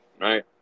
right